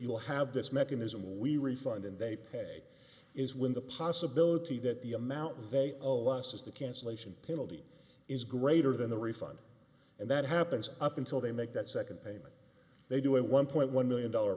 you'll have this mechanism we refund and they pay is when the possibility that the amount they owe us is the cancellation penalty is greater than the refund and that happens up until they make that second payment they do a one point one million dollar